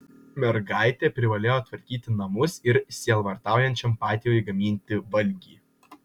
mergaitė privalėjo tvarkyti namus ir sielvartaujančiam patėviui gaminti valgį